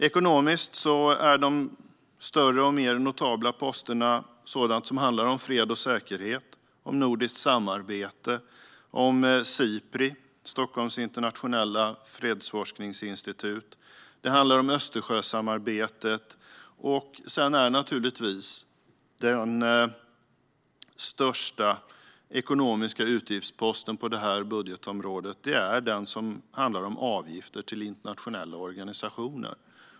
Ekonomiskt är de större och mer notabla posterna sådant som handlar om fred och säkerhet, om nordiskt samarbete, om Sipri - Stockholms internationella fredsforskningsinstitut - och om Östersjösamarbetet. Den största ekonomiska utgiftsposten på det här budgetområdet är den som handlar om avgifter till internationella organisationer.